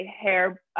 hair